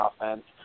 offense